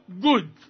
good